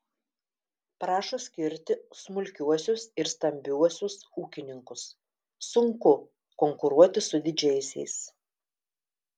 prašo skirti smulkiuosius ir stambiuosius ūkininkus sunku konkuruoti su didžiaisiais